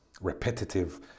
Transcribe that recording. repetitive